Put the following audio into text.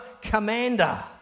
commander